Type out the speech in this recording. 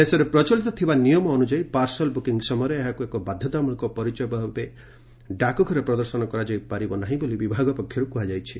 ଦେଶରେ ପ୍ରଚଳିତ ଥିବା ନିୟମାନୁଯାୟୀ ପାର୍ସଲ ବୁକିଙ୍ଗ୍ ସମୟରେ ଏହାକୁ ଏକ ବାଧ୍ୟତାମୂଳକ ପରିଚୟପତ୍ର ଭାବେ ଡାକଘରେ ପ୍ରଦର୍ଶନ କରାଯାଇ ପାରିବ ନାହିଁ ବୋଲି ବିଭାଗ ପକ୍ଷରୁ କୁହାଯାଇଛି